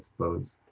suppose.